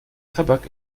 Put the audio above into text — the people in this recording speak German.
tabak